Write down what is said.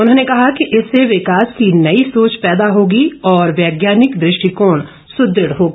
उन्होंने कहा कि इससे विकास की नई सोच पैदा होगी और वैज्ञानिक दृष्टिकोण सुदृढ़ होगा